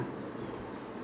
that's why mah